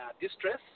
distress